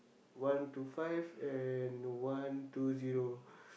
one two five and one two zero